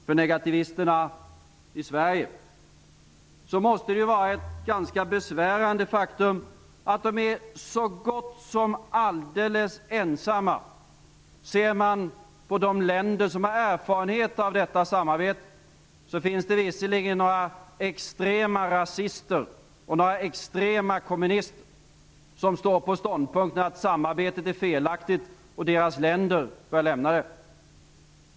För negativisterna i Sverige måste det vara ett ganska besvärande faktum att de är så gott som alldeles ensamma. Ser man på de länder som har erfarenhet av detta samarbete finns det visserligen några extrema rasister och extrema kommunister som intar ståndpunkten att samarbetet är felaktigt och att deras länder bör lämna det.